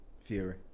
Fury